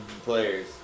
players